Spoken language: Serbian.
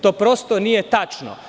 To prosto nije tačno.